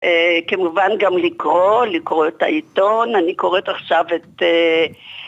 כמובן גם לקרוא, לקרוא את העיתון, אני קוראת עכשיו את...